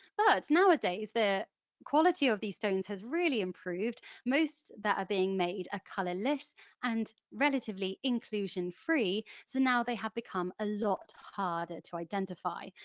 but nowadays, the quality of these stones has really improved, most that are being made are ah colourless and relatively inclusion free so now they have become a lot harder to identify.